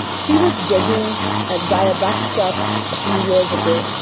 he was begging by a bus stop a few years ago,